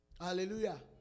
Hallelujah